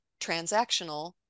transactional